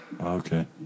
Okay